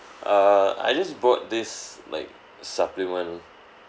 err I just bought this like supplement